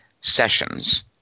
sessions